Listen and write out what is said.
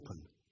open